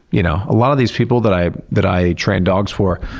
you know a lot of these people that i that i train dogs for,